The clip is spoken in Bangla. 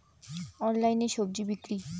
অনলাইনে স্বজি বিক্রি?